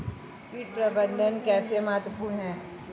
कीट प्रबंधन कैसे महत्वपूर्ण है?